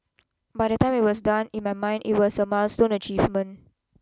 by the time it was done in my mind it was a milestone achievement